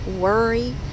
worry